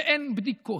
ואין בדיקות,